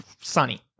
sunny